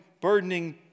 burdening